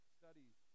studies